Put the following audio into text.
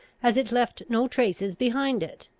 as it left no traces behind it.